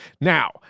Now